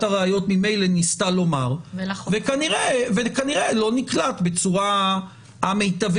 הראיות ממילא ניסתה לומר וכנראה לא נקלט בצורה המיטבית,